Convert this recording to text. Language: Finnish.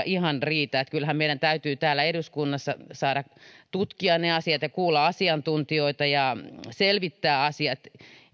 ihan riitä kyllähän meidän täytyy täällä eduskunnassa saada tutkia ne asiat ja kuulla asiantuntijoita ja selvittää asiat